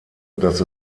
dass